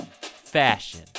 fashion